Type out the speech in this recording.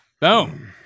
Boom